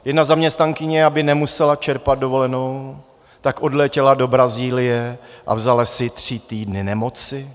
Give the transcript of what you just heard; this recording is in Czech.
Jedna zaměstnankyně, aby nemusela čerpat dovolenou, tak odletěla do Brazílie a vzala si tři týdny nemoci.